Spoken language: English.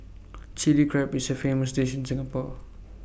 Chilli Crab is A famous dish in Singapore